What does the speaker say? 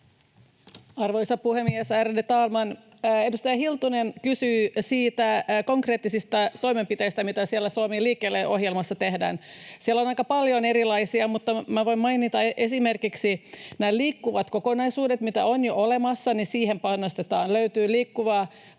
Arvoisa puhemies, ärade talman! Edustaja Hiltunen kysyi niistä konkreettisista toimenpiteistä, mitä siellä Suomi liikkeelle ‑ohjelmassa tehdään. Siellä on aika paljon erilaisia, mutta minä voin mainita esimerkiksi nämä liikkuvat kokonaisuudet, mitä on jo olemassa, eli niihin panostetaan. Löytyy Liikkuva